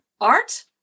art